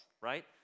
right